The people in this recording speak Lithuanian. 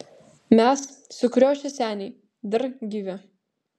mes sukriošę seniai dar gyvi